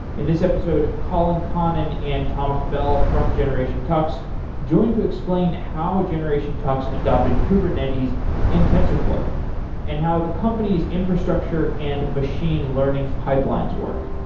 in this episode colan connon and thomas bell from generation tux join to explain how generation tux adopted kubernetes and tensorflow and how the company's infrastructure and machine learning pipelines work.